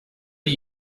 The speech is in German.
die